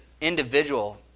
individual